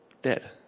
Dead